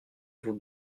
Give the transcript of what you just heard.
vous